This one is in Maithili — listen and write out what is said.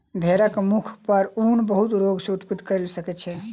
भेड़क मुख पर ऊन बहुत रोग के उत्पत्ति कय सकै छै